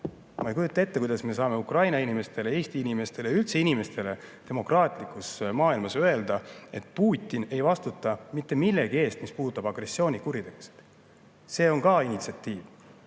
Ma ei kujuta ette, kuidas me saame Ukraina inimestele, Eesti inimestele, üldse inimestele demokraatlikus maailmas öelda, et Putin ei vastuta mitte millegi eest, mis puudutab agressioonikuritegusid. See on ka initsiatiiv.